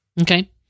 Okay